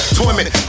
torment